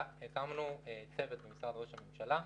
הקמנו צוות במשרד ראש הממשלה,